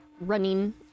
running